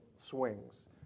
swings